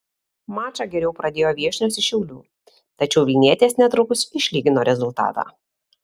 mačą geriau pradėjo viešnios iš šiaulių tačiau vilnietės netrukus išlygino rezultatą